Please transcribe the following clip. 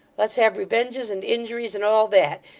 let's have revenges and injuries, and all that,